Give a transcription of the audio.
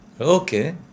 Okay